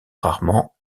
rarement